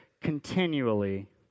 continually